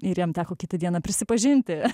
ir jam teko kitą dieną prisipažinti